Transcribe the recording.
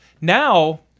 Now